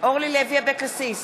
אורלי לוי אבקסיס,